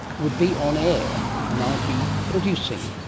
would be on air and i'd be producing,